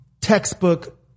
textbook